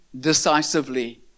decisively